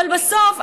אבל בסוף,